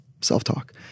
self-talk